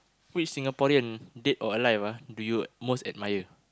which Singaporean dead or alive ah do you most admire